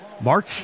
March